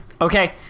okay